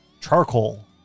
charcoal